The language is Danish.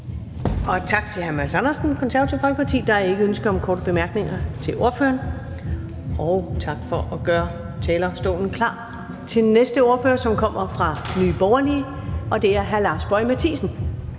Tak til hr. Mads Andersen, Det Konservative Folkeparti. Der er ikke ønsker om korte bemærkninger til ordføreren, og tak for at gøre talerstolen klar til den næste ordfører, som kommer fra Nye Borgerlige, og det er hr. Lars Boje Mathiesen.